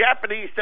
Japanese